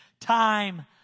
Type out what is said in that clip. time